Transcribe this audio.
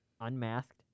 unmasked